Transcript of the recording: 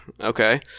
okay